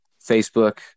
Facebook